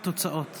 תמה ההצבעה.